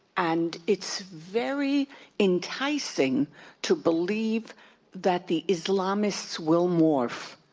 and it's very enticing to believe that the islamists will morph.